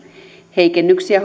heikennyksiä